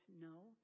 No